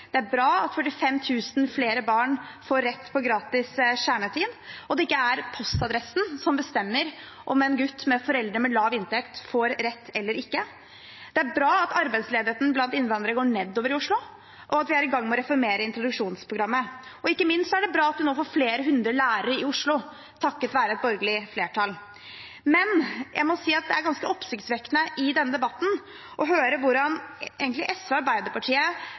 bra at 45 000 flere barn får rett til gratis kjernetid i barnehage, at ikke postadressen bestemmer om en gutt med foreldre med lav inntekt får rett til det eller ikke. Det er bra at arbeidsledigheten blant innvandrere går nedover i Oslo, og at vi er i gang med å reformere introduksjonsprogrammet. Ikke minst er det bra at vi nå får flere hundre lærere i Oslo, takket være et borgerlig flertall. Men det er ganske oppsiktsvekkende i denne debatten å høre hvordan SV og Arbeiderpartiet